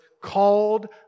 called